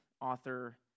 author